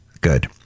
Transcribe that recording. Good